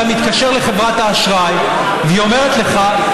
אתה מתקשר לחברת האשראי והיא אומרת לך: